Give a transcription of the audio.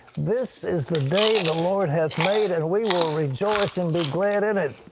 this is the day the lord has made and we will rejoice and be glad in it.